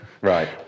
Right